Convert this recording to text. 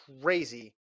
crazy